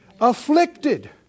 afflicted